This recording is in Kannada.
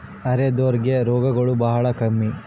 ಅರೆದೋರ್ ಗೆ ರೋಗಗಳು ಬಾಳ ಕಮ್ಮಿ